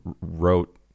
wrote